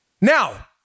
Now